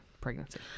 pregnancy